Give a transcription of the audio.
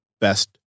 best